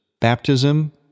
Baptism